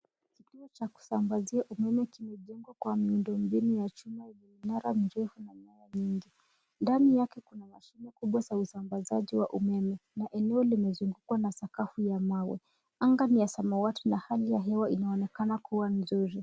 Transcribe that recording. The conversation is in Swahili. Kituo cha kusambazia umeme kimejengwa kwa miundo mbinu ya chuma yenye mnara mrefu na nyaya nyini. Ndani yake kuna mashine kubwa za usambazaji wa umeme na eneo limezungukwa na sakafu ya mawe. Anga ni ya samawati na hali ya hewa inaonekana kuwa nzuri.